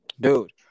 Dude